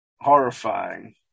Horrifying